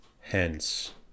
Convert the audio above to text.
Hence